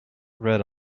read